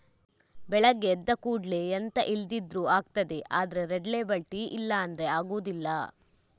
ಬೆಳಗ್ಗೆ ಎದ್ದ ಕೂಡ್ಲೇ ಎಂತ ಇಲ್ದಿದ್ರೂ ಆಗ್ತದೆ ಆದ್ರೆ ರೆಡ್ ಲೇಬಲ್ ಟೀ ಇಲ್ಲ ಅಂದ್ರೆ ಆಗುದಿಲ್ಲ